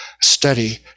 study